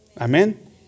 Amen